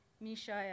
Mishael